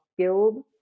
skilled